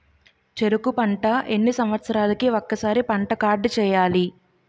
చెరుకు పంట ఎన్ని సంవత్సరాలకి ఒక్కసారి పంట కార్డ్ చెయ్యాలి?